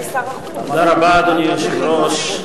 היושב-ראש,